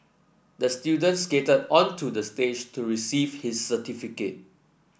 the student skated onto the stage to receive his certificate